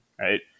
right